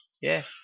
Yes